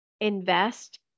invest